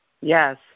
Yes